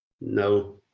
No